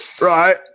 Right